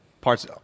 parts